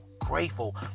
grateful